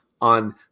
on